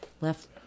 left